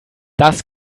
das